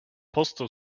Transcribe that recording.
postal